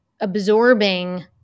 absorbing